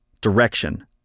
direction